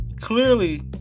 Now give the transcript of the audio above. Clearly